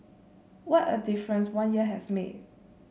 what a difference one year has made